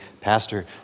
Pastor